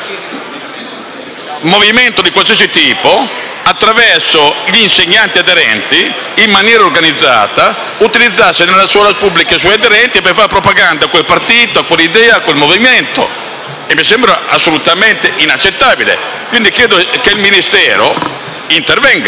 un movimento di qualsiasi tipo attraverso gli insegnanti, in maniera organizzata, utilizzi nella scuola pubblica i suoi aderenti per fare propaganda a quel partito, a quell'idea e a quel movimento. E mi sembra assolutamente inaccettabile. Chiedo pertanto che il Ministero intervenga